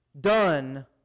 done